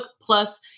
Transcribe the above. plus